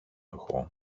εγώ